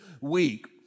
Week